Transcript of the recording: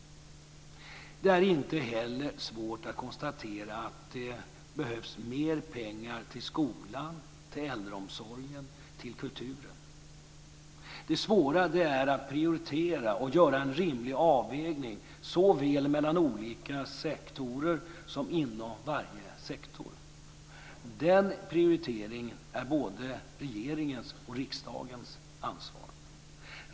Det är inte heller svårt att konstatera att det behövs mer pengar till skolan, till äldreomsorgen och till kulturen. Det svåra är att prioritera och göra en rimlig avvägning såväl mellan olika sektorer som inom varje sektor. Den prioriteringen är både regeringens och riksdagens ansvar.